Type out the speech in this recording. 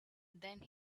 then